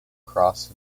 cross